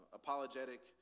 apologetic